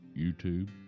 YouTube